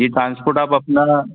जी transport आप अपना